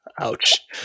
Ouch